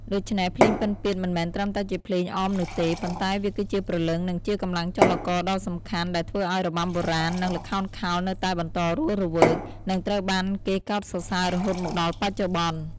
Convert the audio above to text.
ដូច្នេះ ភ្លេងពិណពាទ្យមិនមែនត្រឹមតែជាភ្លេងអមនោះទេ ប៉ុន្តែវាគឺជាព្រលឹង និងជាកម្លាំងចលករដ៏សំខាន់ដែលធ្វើឱ្យរបាំបុរាណ និងល្ខោនខោលនៅតែបន្តរស់រវើក និងត្រូវបានគេកោតសរសើររហូតមកដល់បច្ចុប្បន្ន។